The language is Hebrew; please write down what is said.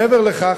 מעבר לכך,